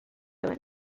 and